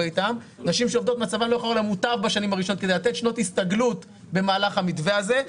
אתן - בשנים הראשונות כדי לתת שנות הסתגלות במהל המתווה הזה.